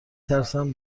ترسم